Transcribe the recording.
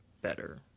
better